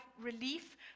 relief